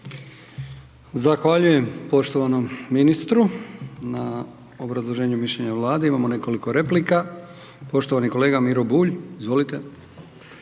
Zahvaljujem poštovanom ministru i obrazloženju i mišljenju Vlade, imamo nekoliko replika, poštivani kolega Miro Bulj, izvolite.